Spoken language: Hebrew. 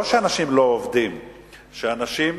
לא שאנשים לא עובדים, אנשים,